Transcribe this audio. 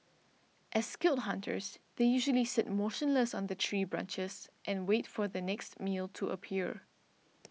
as skilled hunters they usually sit motionless on the tree branches and wait for their next meal to appear